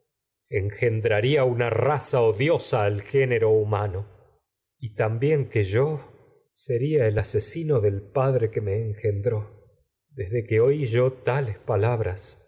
cual engendraría una raza odiosa al género humano y tamedipo rey bién que dró yo seria el asesino del padre que me engen desde que oí yo tales palabras